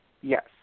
Yes